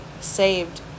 saved